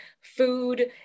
food